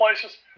places